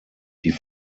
die